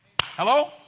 Hello